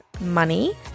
money